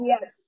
Yes